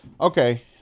Okay